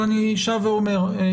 אבל אני שב ואומר,